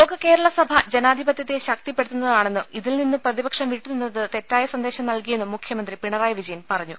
ലോക കേരള സഭ ജനാധിപതൃത്തെ ശക്തിപ്പെടുത്തുന്നതാ ണെന്നും ഇതിൽ നിന്നും പ്രതിപക്ഷം വിട്ടു നിന്നത് തെറ്റായ സന്ദേശം നൽകിയെന്നും മുഖ്യമന്ത്രി പിണറായി വിജയൻ പറ ഞ്ഞു